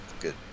Good